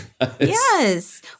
Yes